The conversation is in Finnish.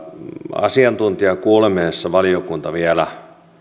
asiantuntijakuulemisessa valiokunta vielä